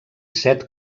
set